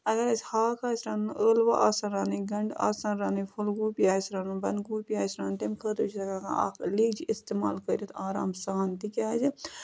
اَگر اَسہِ ہاکھ آسہِ رَنُن ٲلوٕ آسَن رَنٕنۍ گَنٛڈٕ آسَن رَنٕنۍ پھُلگوٗپی آسہِ رَنُن بنٛدگوٗپی آسہِ رَنُن تَمہِ خٲطرٕ چھِ أسۍ اکھ لیٚج استعمال کٔرِتھ آرام سان تِکیٛازِ